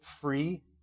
free